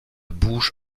bouche